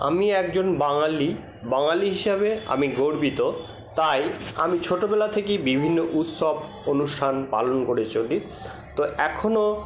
আমি একজন বাঙালি বাঙালি হিসাবে আমি গর্বিত তাই আমি ছোটোবেলা থেকেই বিভিন্ন উৎসব অনুষ্ঠান পালন করে চলি তো এখনো